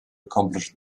accomplish